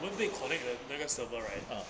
one big connect 人那个 server right